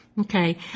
Okay